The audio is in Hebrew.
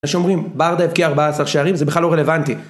אנשים אומרים, בארדף כי 14 שערים, זה בכלל לא רלוונטי